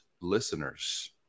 listeners